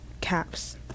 caps